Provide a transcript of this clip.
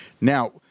Now